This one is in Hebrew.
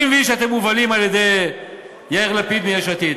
אני מבין שאתם מובלים על-ידי יאיר לפיד מיש עתיד,